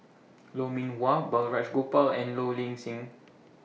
Lou Mee Wah Balraj Gopal and Low Ing Sing